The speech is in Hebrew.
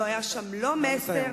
לא היה שם מסר,